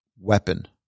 weapon